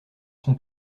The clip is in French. son